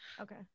Okay